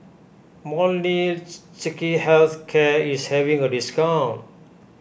Health Care is having a discount